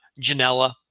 Janela